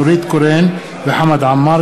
נורית קורן וחמד עמאר